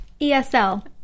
ESL